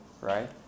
Right